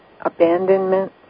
abandonment